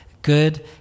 good